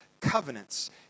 covenants